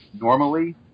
normally